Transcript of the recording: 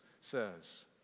says